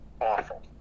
awful